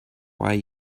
why